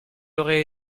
aurait